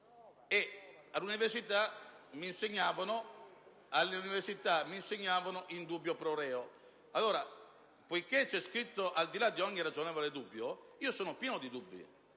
e all'università mi insegnavano che *in dubio pro reo*. Nella norma c'è scritto: «al di là di ogni ragionevole dubbio»: ma io sono pieno di dubbi.